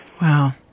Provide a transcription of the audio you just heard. Wow